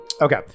Okay